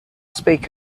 speak